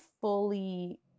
fully